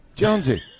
Jonesy